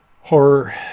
horror